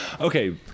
Okay